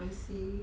I see